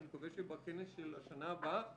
אני מקווה שבכנס של השנה הבאה